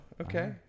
okay